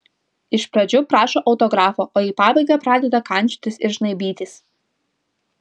iš pradžių prašo autografo o į pabaigą pradeda kandžiotis ir žnaibytis